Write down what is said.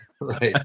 Right